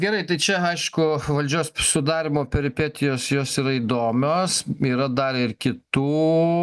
gerai tai čia aišku valdžios sudarymo peripetijos jos yra įdomios yra dar ir kitų